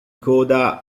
coda